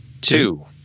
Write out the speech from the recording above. two